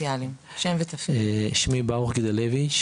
שמי ברוך גדלביץ',